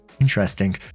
Interesting